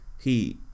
He-